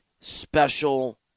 special